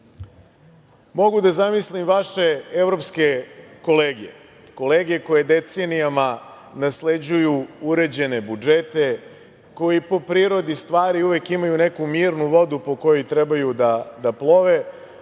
da zamislim vaše evropske kolege, kolege koje decenijama nasleđuju uređene budžete, koji po prirodi stvari uvek imaju neku mirnu vodu po kojoj trebaju da plove,